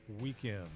weekend